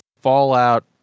Fallout